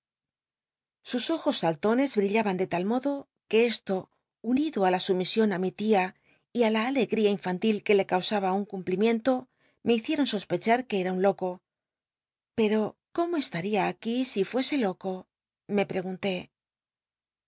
sus ojos saltones billaban de tal modo que esto unido á la sumision á mi tia y á la alegria infantil que le causaba un cumplimient o me hicieron sospechar que era un loco pero cómo estaría a juí si fuese loco me prcgnnt